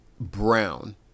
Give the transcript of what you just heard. brown